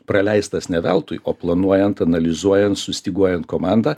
praleistas ne veltui o planuojant analizuojant sustyguojant komandą